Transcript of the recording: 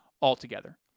altogether